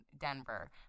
denver